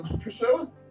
Priscilla